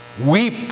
Weep